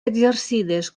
exercides